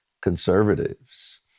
Conservatives